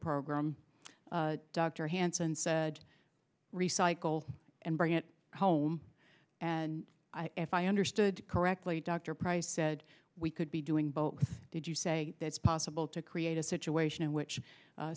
program dr hansen said recycle and bring it home and if i understood correctly dr price said we could be doing both did you say it's possible to create a situation in which